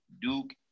Duke